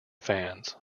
fans